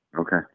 Okay